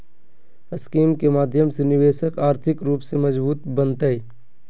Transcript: scheme के माध्यम से निवेशक आर्थिक रूप से मजबूत बनतय